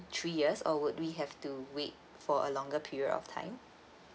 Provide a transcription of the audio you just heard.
three years or would we have to wait for a longer period of time